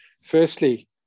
Firstly